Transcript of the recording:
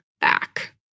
back